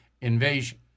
invasion